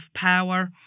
power